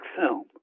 film